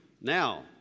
Now